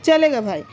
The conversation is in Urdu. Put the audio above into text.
چلے گا بھائی